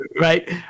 Right